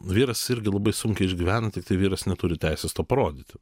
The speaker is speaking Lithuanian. vyras irgi labai sunkiai išgyvena tiktai vyras neturi teisės to parodyti